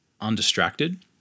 undistracted